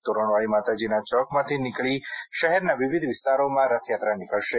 તોરણવાળી માતાજીના ચોકમાંથી નીકળી શહેરના વિવિધ વિસ્તારોમાં રથયાત્રા નીકળશે